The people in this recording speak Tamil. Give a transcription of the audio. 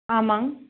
ஆமாம்